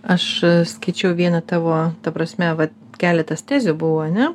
aš skaičiau vieną tavo ta prasme va keletas tezių buvo ane